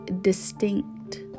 distinct